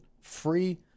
free